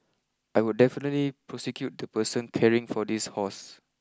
I would definitely prosecute the person caring for this horse